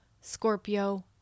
Scorpio